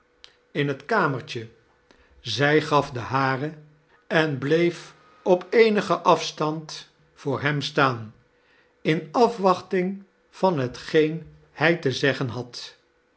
in het charles dickens kaimertje zij gaf den haren en bleefi op eenigen afstand voor hem staan in afwachting van hetgeen hij te zeggen had